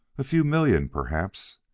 a few million, perhaps!